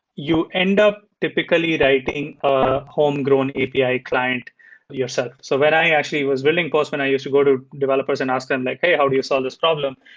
you end up typically writing a homegrown api client yourself. so when i actually was building postman, i used to go to developers and ask them, like hey, how do you solve this problem?